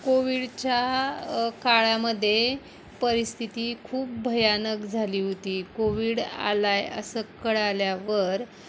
कोविडच्या काळामध्ये परिस्थिती खूप भयानक झाली होती कोविड आला आहे असं कळल्यावर